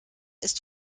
ist